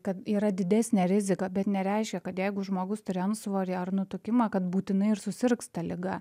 kad yra didesnė rizika bet nereiškia kad jeigu žmogus turi antsvorį ar nutukimą kad būtinai ir susirgs ta liga